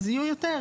אז יהיו יותר.